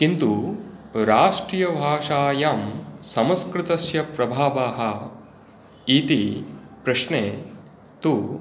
किन्तु राष्ट्रियभाषायं संस्कृतस्य प्रभावाः इति प्रश्ने तु